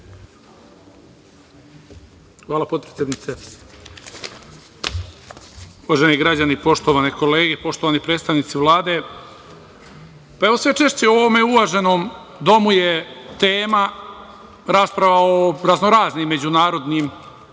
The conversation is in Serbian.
Hvala, potpredsednice. Uvaženi građani, poštovane kolege, poštovani predstavnici Vlade, sve češće u ovom uvaženom domu je tema rasprava o raznoraznim međunarodnim